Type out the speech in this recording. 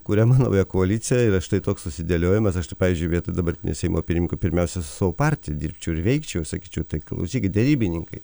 kuriama nauja koalicija ir va štai toks susidėliojimas aš tai pavyzdžiui vietoj dabartinio seimo pirmininko pirmiausia su savo partija dirbčiau ir veikčiau sakyčiau tai klausyk derybininkai